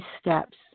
steps